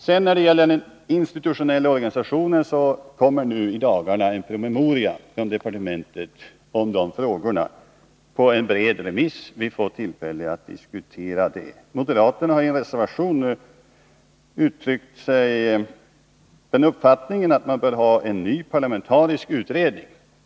När det sedan gäller den institutionella organisationen vill jag peka på att utbildningsdepartementet i dagarna framlägger en promemoria härom, som skall gå ut på en bred remiss. Vi kommer att få tillfälle att diskutera den promemorian. Moderaterna har i en reservation uttryckt den uppfattningen att man bör göra en ny parlamentarisk utredning.